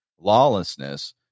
Lawlessness